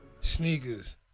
sneakers